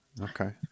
okay